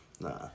nah